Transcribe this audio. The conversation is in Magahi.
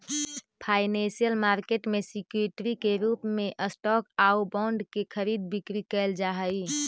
फाइनेंसियल मार्केट में सिक्योरिटी के रूप में स्टॉक आउ बॉन्ड के खरीद बिक्री कैल जा हइ